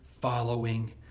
following